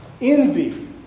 envy